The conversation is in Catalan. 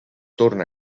torna